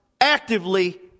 actively